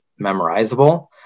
memorizable